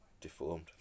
deformed